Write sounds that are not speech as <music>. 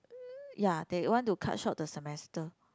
<noise> ya they want to cut short the semester